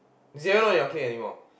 zero in your clique anymore